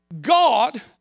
God